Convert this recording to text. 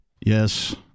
Yes